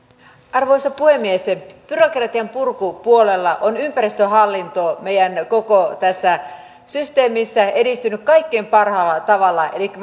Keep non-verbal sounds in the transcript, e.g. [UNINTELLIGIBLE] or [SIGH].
arvoisa puhemies byrokratian purkupuolella on ympäristöhallinto meidän koko tässä systeemissä edistynyt kaikkein parhaalla tavalla elikkä [UNINTELLIGIBLE]